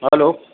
hello